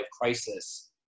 crisis